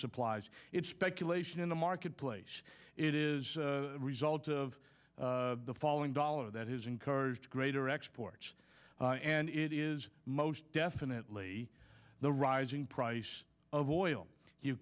supplies it's speculation in the marketplace it is a result of the falling dollar that has encouraged greater exports and it is most definitely the rising price of oil you